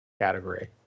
category